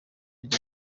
ari